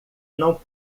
não